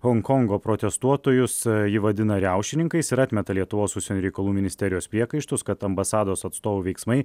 honkongo protestuotojus ji vadina riaušininkais ir atmeta lietuvos užsienio reikalų ministerijos priekaištus kad ambasados atstovų veiksmai